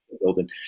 building